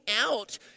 out